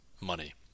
money